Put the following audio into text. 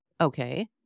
Okay